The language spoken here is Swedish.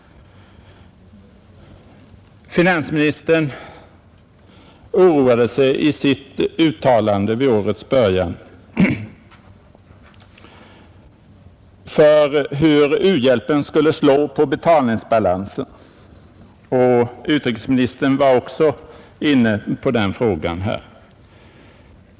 Finansministern oroade sig i sitt uttalande vid årets början för hur u-hjälpen skulle slå på betalningsbalansen, och utrikesministern var också inne på den frågan här.